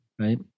Right